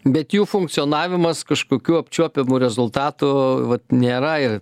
bet jų funkcionavimas kažkokių apčiuopiamų rezultatų vat nėra ir